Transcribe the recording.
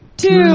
Two